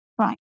Right